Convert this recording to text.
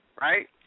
right